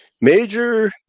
Major